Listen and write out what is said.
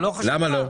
למה לא?